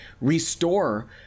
restore